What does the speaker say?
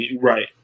right